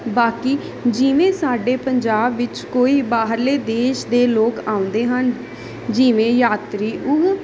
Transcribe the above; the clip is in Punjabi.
ਬਾਕੀ ਜਿਵੇਂ ਸਾਡੇ ਪੰਜਾਬ ਵਿੱਚ ਕਈ ਬਾਹਰਲੇ ਦੇਸ਼ ਦੇ ਲੋਕ ਆਉਂਦੇ ਹਨ ਜਿਵੇਂ ਯਾਤਰੀ ਉਹ